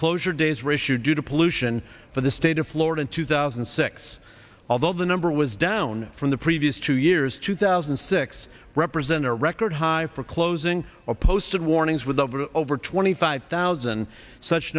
closure days ratio due to pollution for the state of florida two thousand and six although the number was down from the previous two years two thousand and six represent a record high for closing a posted warnings with the over twenty five thousand such